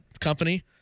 company